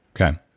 Okay